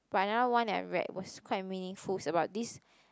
but another one that I read was quite meaningful it's about this